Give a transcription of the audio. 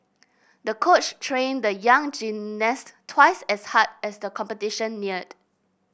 the coach trained the young gymnast twice as hard as the competition neared